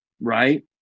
Right